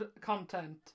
content